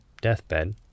deathbed